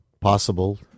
possible